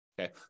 Okay